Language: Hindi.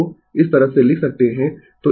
तो इस तरह से लिख सकते है